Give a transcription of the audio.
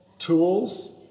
Tools